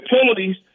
penalties